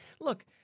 Look